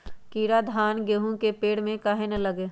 कीरा धान, गेहूं के पेड़ में काहे न लगे?